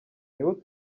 nibo